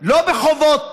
לא בחובות